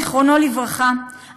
זיכרונו לברכה,